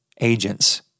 agents